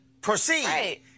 proceed